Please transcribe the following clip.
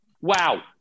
Wow